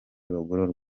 bagororwa